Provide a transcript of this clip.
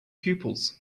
pupils